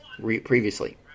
Previously